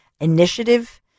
initiative